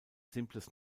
simples